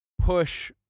push